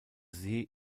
see